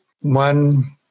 one